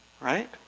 Right